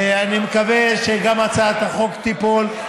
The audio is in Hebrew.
ואני מקווה שגם הצעת החוק תיפול,